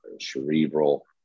cerebral